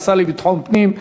לשר לביטחון פנים,